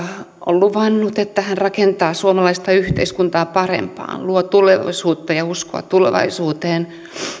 on luvannut että hän rakentaa suomalaista yhteiskuntaa parempaan luo tulevaisuutta ja uskoa tulevaisuuteen